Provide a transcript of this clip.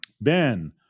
Ben